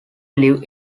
live